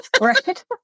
Right